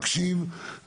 מקשיב,